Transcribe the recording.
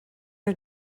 our